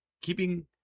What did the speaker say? Keeping